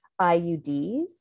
IUDs